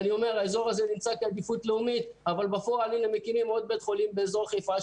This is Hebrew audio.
האזור נמצא בעדיפות לאומית אבל בפועל מקימים עוד בית חולים באזור חיפה,